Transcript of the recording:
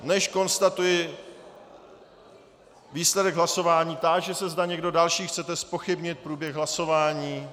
Než budu konstatovat výsledek hlasování, táži se, zda někdo další chcete zpochybnit průběh hlasování.